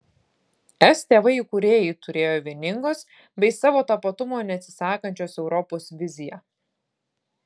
es tėvai įkūrėjai turėjo vieningos bei savo tapatumo neatsisakančios europos viziją